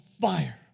fire